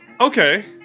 Okay